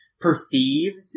perceived